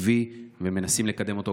עקבי ושמנסים לקדם אותו,